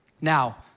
Now